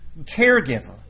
caregiver